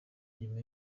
nyuma